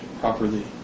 properly